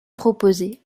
proposés